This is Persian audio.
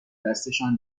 دستشان